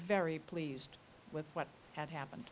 very pleased with what had happened